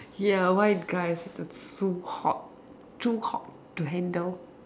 ya white guys that's so hot too hot to handle